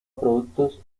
productos